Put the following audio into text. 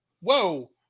whoa